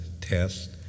test